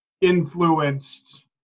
influenced